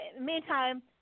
meantime